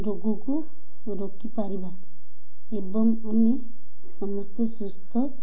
ରୋଗକୁ ରୋକିପାରିବା ଏବଂ ଆମେ ସମସ୍ତେ ସୁସ୍ଥ